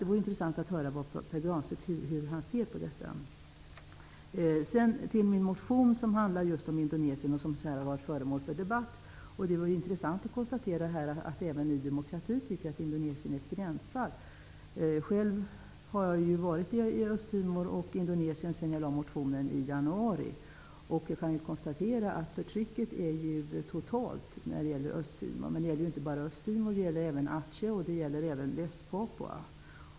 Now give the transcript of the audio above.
Det vore intressant att höra hur Pär Granstedt ser på denna fråga. Min motion handlar just om Indonesien, och den har varit föremål för debatt. Det var intressant att konstatera att man även i Ny demokrati tycker att Indonesien utgör att gränsfall när det gäller vapenexport. Jag har varit i Östtimor och Indonesien efter det att jag väckte motionen i januari. Jag kan konstatera att förtrycket är totalt i Östtimor. Det gäller även Atjeh och Västpapua.